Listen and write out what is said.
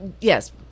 Yes